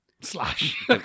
Slash